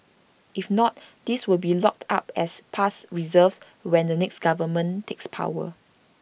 if not these will be locked up as past reserves when the next government takes power